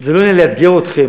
זה לא יהיה לייגע אתכם,